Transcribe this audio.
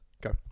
go